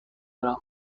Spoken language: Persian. دارم